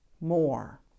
more